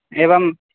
एवं